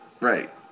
Right